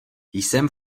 jsem